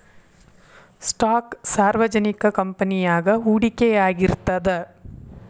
stock ಸಾರ್ವಜನಿಕ ಕಂಪನಿಯಾಗ ಹೂಡಿಕೆಯಾಗಿರ್ತದ